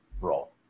role